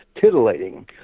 titillating